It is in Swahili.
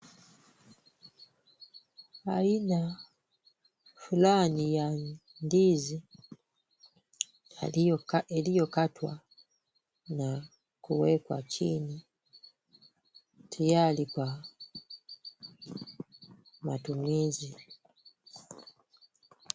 Aina fulani ya ndizi yaliyokatwa na kuwekwa chini tayari kwa matumizi.